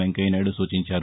వెంకయ్యనాయుడు సూచించారు